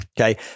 Okay